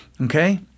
Okay